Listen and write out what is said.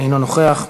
אינו נוכח.